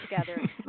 together